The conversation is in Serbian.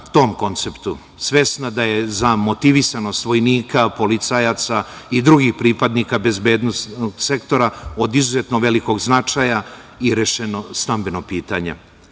tom konceptu, svesna da je za motivisanost vojnika, policajaca i drugih pripadnika bezbednosnog sektora od izuzetno velikog značaja i rešeno stambeno pitanja.